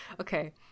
okay